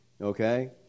Okay